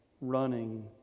running